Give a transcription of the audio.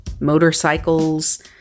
motorcycles